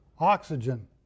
Oxygen